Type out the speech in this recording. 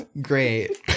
Great